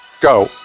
Go